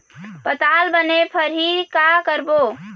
पताल बने फरही का करबो?